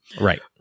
Right